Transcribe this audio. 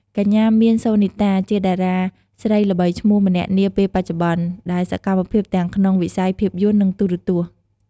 កញ្ញា មាន សូនីតា ជាតារាស្រីល្បីឈ្មោះម្នាក់នាពេលបច្ចុប្បន្ន ដែលសកម្មទាំងក្នុងវិស័យភាពយន្ត និងទូរទស្សន៍។